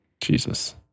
Jesus